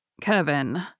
Kevin